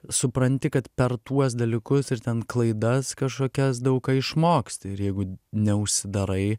supranti kad per tuos dalykus ir ten klaidas kažkokias daug ką išmoksti ir jeigu neužsidarai